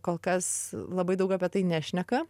kol kas labai daug apie tai nešneka